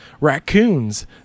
raccoons